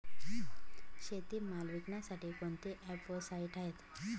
शेतीमाल विकण्यासाठी कोणते ॲप व साईट आहेत?